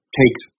takes